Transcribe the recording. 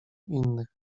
innych